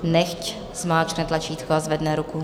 Nechť zmáčkne tlačítko a zvedne ruku.